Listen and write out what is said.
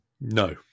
No